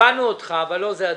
הבנו אותך אבל לא זה הדיון.